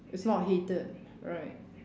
it's not heated right